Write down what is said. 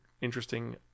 interesting